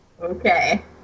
Okay